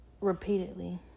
repeatedly